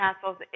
castles